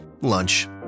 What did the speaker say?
Lunch